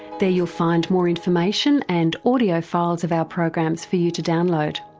there you'll find more information and audio files of our programs for you to download.